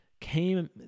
came